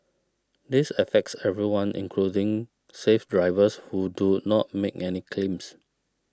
this affects everyone including safe drivers who do not make any claims